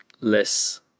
less